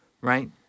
right